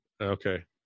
okay